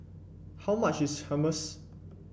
how much is Hummus